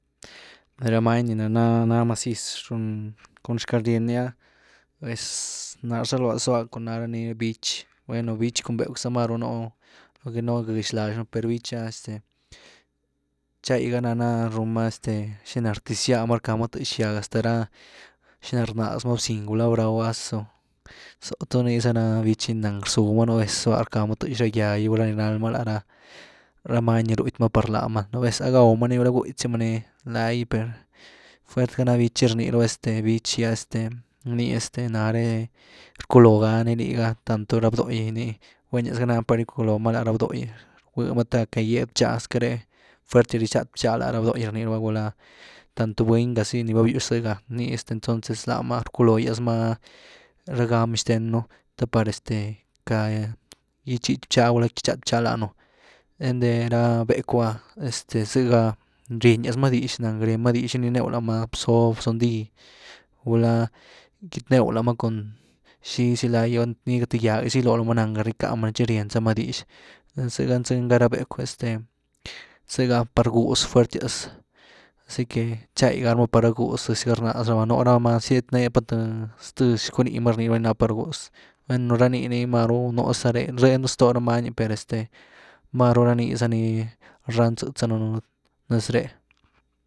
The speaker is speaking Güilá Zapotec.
Rá many ni naná ná maziz ru cun xcalryenny ah, a vez ná rzaluá zlua na rani bich, bueno bich cun becw za máru nú gëx laxnnu per bich ah este, txay ga nana run má este xina rtiez gýa m arca má tëx gýag, hasta rá xiná rnaz má bziny, gulá braw, ázoh, ¿zó tu ni za na bich gy? Rzúh má nú vez, zlúa rcá ma tëx rá gýag gy gulá nald má lará- rá many ni rwty ma par láma, nú vez ah gaw má nii gulá gwty zy ma nii laigy per fuert gá ná bich, txi rniirabá este bich gy ah este, nii este nreh rculoh gáni liga, tanto rá body ni, gwenyas gá na par gyculóma la rá bdogy, rgwy ma te queity gýed bchá esque réh fuertias ried-xáth btchá la ra bdogy rní rabá gulá tanto buny zy nii va-býwx zëgá, nii este entonces láma rculoogýas má ra gamy xtenu te par este queity gytxib bchá gulá gyt-xat bcha danunú, einty rá becw’ ah este sëgá, rienyas má dix ahngá’ rieny má dix gininew láma, bzób, bzundý, gulá kyt-new láma cun xizy lay oh th gýagë’ zy giló lomá txi ahngáh ryeká’ mani, txi ryeny za má dix, zëgá nzýn gá ra bécw’e este zëgá par gú’z fuertias, así que tcháy gá rama par gú’z, zëzy gá rnáz rama, nú ra má zyet né pa ramá th- zthë xcwný má ní ná par gú’z, bueno rá ni nii máru nú za ré, re nú’ stoh ra many per este maru ranii za ni rán tzëtz danëenu nes ré.